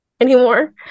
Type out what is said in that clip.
anymore